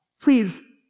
Please